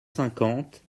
cinquante